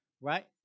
right